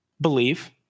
Believe